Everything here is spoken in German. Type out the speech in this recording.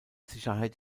sicherheit